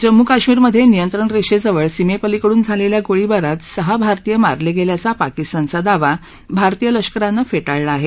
जम्मू कश्मीरमधे नियंत्रण रेषेजवळ सीमेपलिकडून झालेल्या गोळीबारात सहा भारतीय मारले गेल्याचा पाकिस्तानचा दावा भारतीय लष्करानं फेटाळला आहे